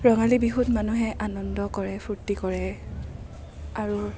ৰঙালী বিহুত মানুহে আনন্দ কৰে ফূৰ্তি কৰে আৰু